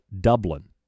Dublin